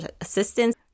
assistance